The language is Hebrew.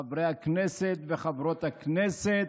חברי הכנסת וחברות הכנסת,